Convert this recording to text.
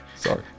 sorry